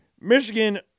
Michigan